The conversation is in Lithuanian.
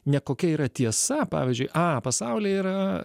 ne kokia yra tiesa pavyzdžiui a pasaulyje yra